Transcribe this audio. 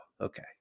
okay